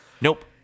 nope